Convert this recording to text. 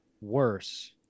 worse